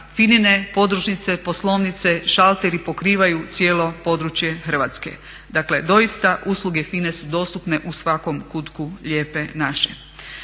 FINA-ine podružnice, poslovnice, šalteri pokrivaju cijelo područje Hrvatske. Dakle doista usluge FINA-e su dostupne u svakom kutku lijepe naše.